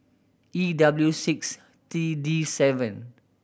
E W six T D seven